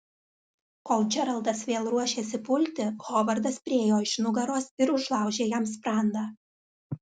kol džeraldas vėl ruošėsi pulti hovardas priėjo iš nugaros ir užlaužė jam sprandą